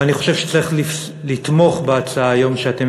ואני חושב שצריך לתמוך היום בהצעה שאתם